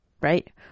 Right